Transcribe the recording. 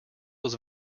was